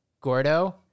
gordo